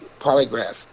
polygraph